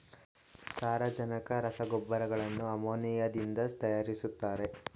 ಸಾರಜನಕ ರಸಗೊಬ್ಬರಗಳನ್ನು ಅಮೋನಿಯಾದಿಂದ ತರಯಾರಿಸ್ತರೆ